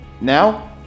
Now